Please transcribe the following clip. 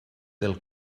del